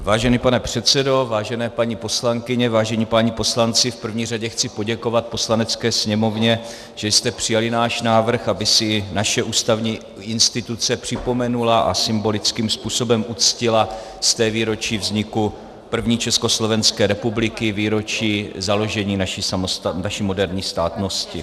Vážený pane předsedo, vážené paní poslankyně, vážení páni poslanci, v první řadě chci poděkovat Poslanecké sněmovně, že jste přijali náš návrh, aby si naše ústavní instituce připomenula a symbolickým způsobem uctila 100. výročí vzniku první Československé republiky, výročí založení naší moderní státnosti.